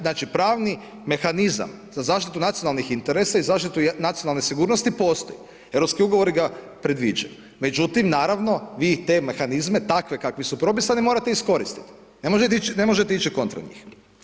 Znači pravni mehanizam, za zaštitu nacionalnih interesa i zaštitu nacionalne sigurnosti, postoji, europski ugovori ga predviđaju, međutim, naravno, vi te mehanizme, takvi kakvi su propisani morate iskoristiti, ne možete ići kontra njih.